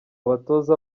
batoza